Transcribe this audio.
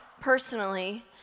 personally